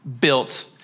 built